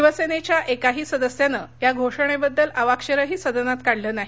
शिवसेनेच्या एकाही सदस्यानं या घोषणेबद्दल अवाक्षरही सदनात काढलं नाही